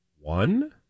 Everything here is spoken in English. one